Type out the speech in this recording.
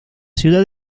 ciudad